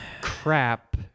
crap